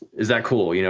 is that cool? you know